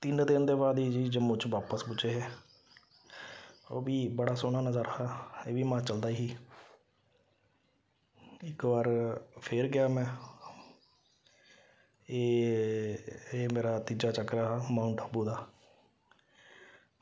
तिन्न दिन दे बाद जी जम्मू च बापस पुज्जे हे ओह् बी बड़ा सोह्ना नजारा हा एह् बी हिमाचल दा ही इक बार फिर गेआ में एह् मेरा तीज्जा चक्कर हा माउंट आबू दा